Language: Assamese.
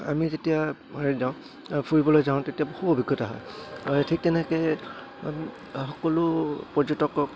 আমি যেতিয়া হেৰি যাওঁ ফুৰিবলৈ যাওঁ তেতিয়া বহু অভিজ্ঞতা হয় ঠিক তেনেকে সকলো পৰ্যটকক